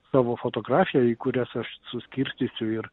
savo fotografiją į kurias aš suskirstysiu ir